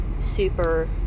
super